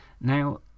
Now